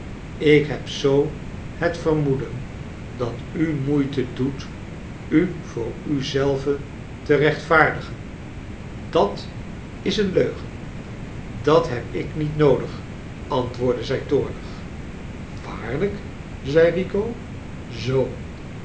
ik heb zoo het vermoeden dat u moeite doet u voor u zelve te rechtvaardigen dat is een leugen dat heb ik niet noodig r antwoordde zij toornig waarlijk zei